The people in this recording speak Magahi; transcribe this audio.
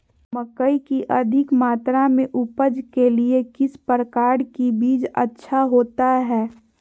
मकई की अधिक मात्रा में उपज के लिए किस प्रकार की बीज अच्छा होता है?